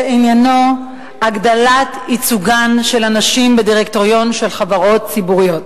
שעניינו הגדלת ייצוגן של הנשים בדירקטוריון של חברות ציבוריות.